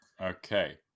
Okay